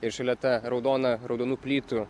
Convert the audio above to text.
ir šalia ta raudona raudonų plytų